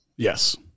Yes